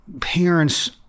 parents